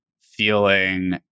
feeling